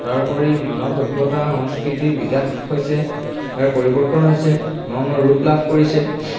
তাৰ উপৰি মানৱ সভ্যতা সংস্কৃতি বিকাশ হৈছে তাৰ পৰিৱৰ্তন হৈছে ন ন ৰূপ লাভ কৰিছে